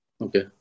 Okay